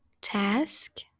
task